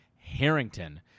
Harrington